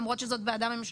למרות שזאת ועדה ממשלתית.